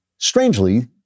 Strangely